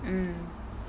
mm